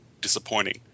disappointing